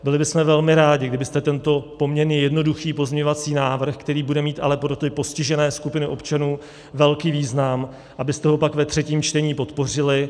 Byli bychom velmi rádi, kdybyste tento poměrně jednoduchý pozměňovací návrh, který bude mít ale pro ty postižené skupiny občanů velký význam, abyste ho pak ve třetím čtení podpořili.